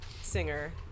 singer